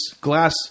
glass